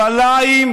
איתם?